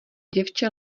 děvče